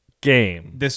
game